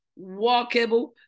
walkable